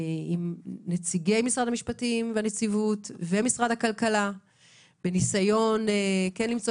עם נציגי משרד המשפטים והנציבות ומשרד הכלכלה בניסיון כן למצוא